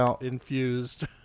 infused